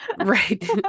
right